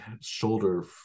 shoulder